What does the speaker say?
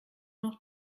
noch